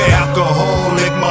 alcoholic